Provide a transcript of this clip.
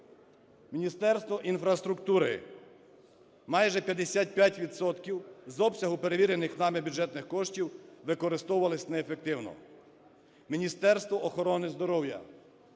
Міністерство інфраструктури – майже 55 відсотків з обсягу перевірених нами бюджетних коштів використовувалися неефективно. Міністерство охорони здоров'я